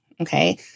okay